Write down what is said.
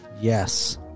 Yes